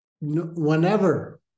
whenever